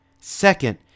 Second